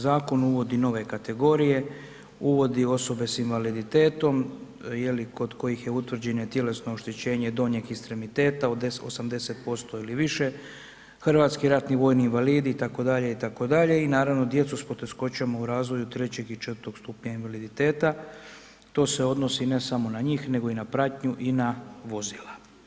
Zakon uvodi nove kategorije, uvodi osobe sa invaliditetom kod kojih je utvrđeno tjelesno oštećenje donjeg ekstremiteta 80% ili više, hrvatski ratni vojni invalidi itd., itd. i naravno, djecu s poteškoćama u razviju III. i IV. stupnja invaliditeta, to se odnosi ne samo na njih nego i na pratnju i na vozila.